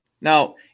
Now